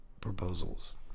proposals